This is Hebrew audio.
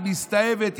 היא מסתאבת,